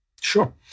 Sure